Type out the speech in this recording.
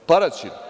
Paraćin.